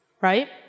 Right